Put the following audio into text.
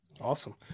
Awesome